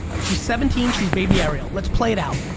she's seventeen, she's baby ariel, let's play it out,